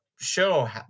show